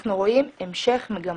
אנחנו רואים המשך מגמה.